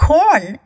Corn